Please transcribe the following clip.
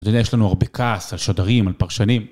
הנה, יש לנו הרבה כעס על שודרים, על פרשנים.